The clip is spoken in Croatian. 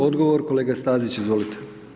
Odgovor kolega Stazić, izvolite.